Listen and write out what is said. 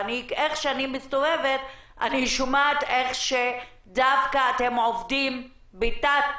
ואיך שאני מסתובבת אני שומעת איך אתם דווקא עובדים בתת